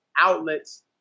Outlets